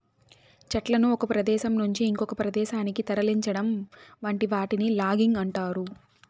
చెట్లను ఒక ప్రదేశం నుంచి ఇంకొక ప్రదేశానికి తరలించటం వంటి వాటిని లాగింగ్ అంటారు